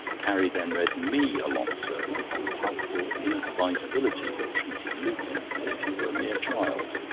carrie then read me a long sermon on the palpable inadvisability of treating lupin as if he were a mere child.